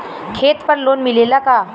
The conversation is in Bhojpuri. खेत पर लोन मिलेला का?